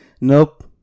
Nope